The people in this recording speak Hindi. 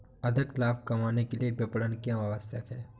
अधिक लाभ कमाने के लिए विपणन क्यो आवश्यक है?